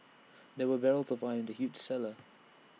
there were barrels of wine in the huge cellar